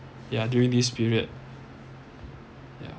yeah during this period yeah